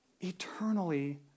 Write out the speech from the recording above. Eternally